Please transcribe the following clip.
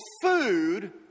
food